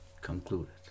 concluded